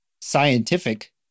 scientific